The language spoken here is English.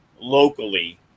locally